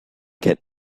get